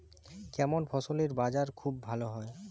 কেমন ফসলের বাজার খুব ভালো হয়?